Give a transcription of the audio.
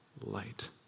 light